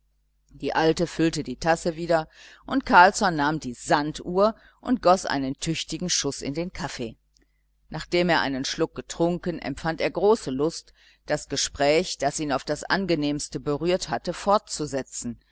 die alte füllte die tasse wieder und carlsson nahm die sanduhr und goß einen tüchtigen schuß in den kaffee nachdem er einen schluck getrunken empfand er große lust das gespräch das ihn auf das angenehmste berührt hatte fortzusetzen